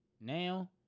Now